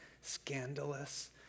scandalous